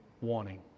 warning